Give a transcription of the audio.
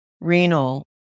renal